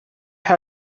also